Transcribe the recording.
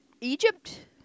Egypt